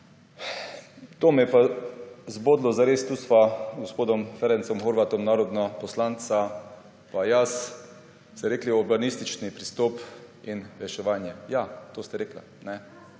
To me je pa zares zbodlo, tukaj sva z gospodom Ferencem Horváthom, narodna poslanca pa jaz, ste rekli orbanistični pristop in reševanje. Ja. To ste rekli.